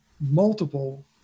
multiple